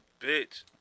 bitch